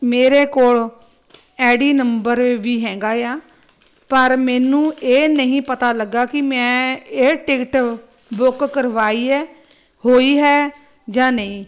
ਮੇਰੇ ਕੋਲ I D ਨੰਬਰ ਵੀ ਹੈਗਾ ਆ ਪਰ ਮੈਨੂੰ ਇਹ ਨਹੀਂ ਪਤਾ ਲੱਗਾ ਕਿ ਮੈਂ ਇਹ ਟਿਕਟ ਬੁੱਕ ਕਰਵਾਈ ਹੈ ਹੋਈ ਹੈ ਜਾਂ ਨਹੀਂ